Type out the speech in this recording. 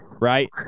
right